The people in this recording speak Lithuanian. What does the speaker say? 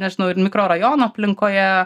nežinau ir mikrorajono aplinkoje